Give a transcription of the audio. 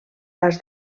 pas